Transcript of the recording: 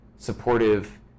Supportive